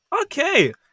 Okay